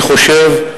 אני חושב,